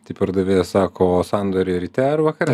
tai pardavėjas sako sandorį ryte ar vakare